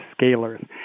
scalars